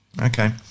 Okay